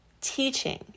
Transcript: teaching